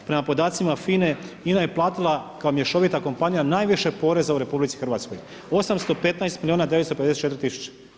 Prema podacima FINA-e INA je platila kao mješovita kompanija najviše poreza u RH, 815 milijuna 954 tisuće.